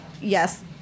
yes